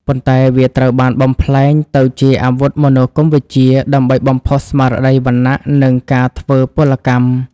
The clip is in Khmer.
ប៉ុន្តែវាត្រូវបានបំប្លែងទៅជា អាវុធមនោគមវិជ្ជា ដើម្បីបំផុសស្មារតីវណ្ណៈ និងការធ្វើពលកម្ម។